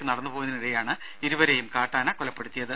ഇന്നലെ നടന്നുപോകുന്നതിനിടെയാണ് ഇരുവരെയും കാട്ടാന കൊലപ്പെടുത്തിയത്